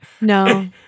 No